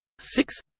six